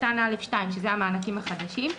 קטן (א)(2)..." - וזה המענקים החדשים -...